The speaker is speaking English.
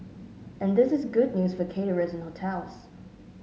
and this is good news for caterers and hotels